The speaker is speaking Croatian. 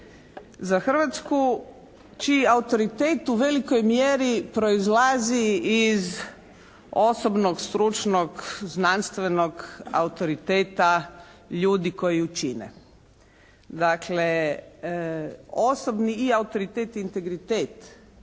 Hrvatsku čiji autoritet u velikoj mjeri proizlazi iz osobnog, stručnog, znanstvenog autoriteta ljudi koji ju čine. Dakle osobni i autoritet i integritet,